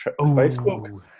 Facebook